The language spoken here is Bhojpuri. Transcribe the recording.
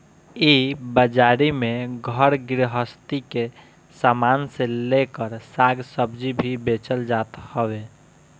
इ बाजारी में घर गृहस्ती के सामान से लेकर साग सब्जी भी बेचल जात हवे